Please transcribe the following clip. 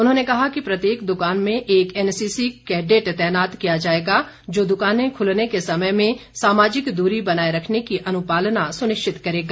उन्होंने कहा कि प्रत्येक दुकान में एक एनसीसी कैडेट तैनात किया जाएगा जो दुकानें खुलने के समय में सामाजिक दूरी बनाए रखने की अनुपालना सुनिश्चित करेगा